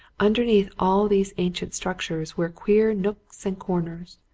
underneath all these ancient structures were queer nooks and corners,